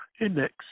index